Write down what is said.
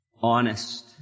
Honest